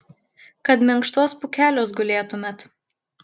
kad minkštuos pūkeliuos gulėtumėt